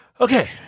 Okay